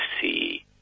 see